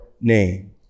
name